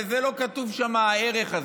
וזה לא כתוב שם, הערך הזה.